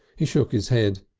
he shook his head.